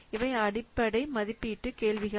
இவை அடிப்படை மதிப்பீட்டு கேள்விகள்